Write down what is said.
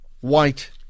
white